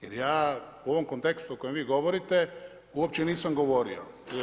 Jer ja u ovom kontekstu o kojem vi govorite uopće nisam govorio.